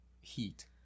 Heat